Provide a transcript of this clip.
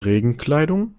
regenkleidung